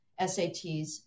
SATs